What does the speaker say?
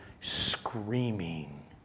screaming